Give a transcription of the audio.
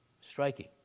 Striking